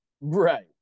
right